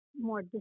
more